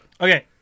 Okay